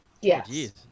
Yes